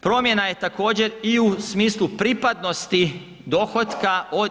Promjena je također i u smislu pripadnosti dohotka od